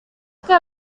que